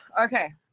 Okay